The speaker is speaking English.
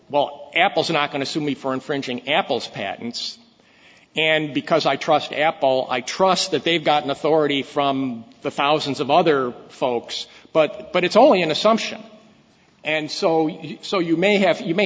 well apple's not going to sue me for infringing apple's patents and because i trust apple i trust that they've got an authority from the thousands of other folks but but it's only an assumption and so so you may have you may